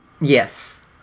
Yes